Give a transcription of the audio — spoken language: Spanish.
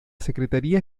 secretaria